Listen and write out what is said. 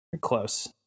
close